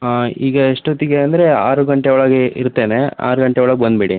ಹಾಂ ಈಗ ಎಷ್ಟೊತ್ತಿಗೆ ಅಂದರೆ ಆರು ಗಂಟೆ ಒಳಗೆ ಇರ್ತೇನೆ ಆರು ಗಂಟೆ ಒಳಗೆ ಬಂದುಬಿಡಿ